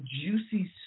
juicy